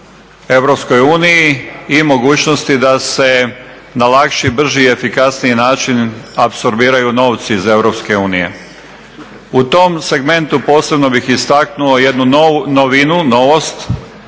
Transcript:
i mogućnosti da se na lakši, brži i efikasniji način apsorbiraju novci iz Europske unije. U tom segmentu posebno bih istaknuo jednu novinu,